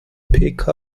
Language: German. pkw